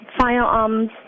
firearms